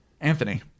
anthony